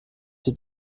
die